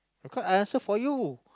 come I answer for you